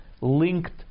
linked